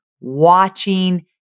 watching